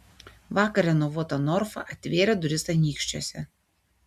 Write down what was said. vakar renovuota norfa atvėrė duris anykščiuose